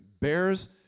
bears